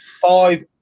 five